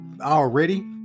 already